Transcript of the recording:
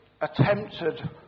attempted